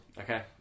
Okay